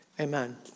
Amen